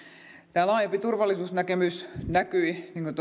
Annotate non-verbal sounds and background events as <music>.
tämä laajempi turvallisuusnäkemys näkyi niin kuin <unintelligible>